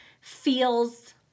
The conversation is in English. feels